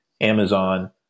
Amazon